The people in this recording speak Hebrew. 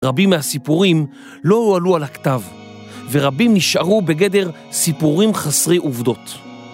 רבים מהסיפורים לא הועלו על הכתב, ורבים נשארו בגדר סיפורים חסרי עובדות.